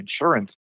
insurance